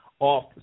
off